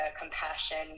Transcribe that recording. compassion